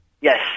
Yes